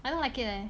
I don't like it leh